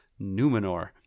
numenor